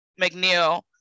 McNeil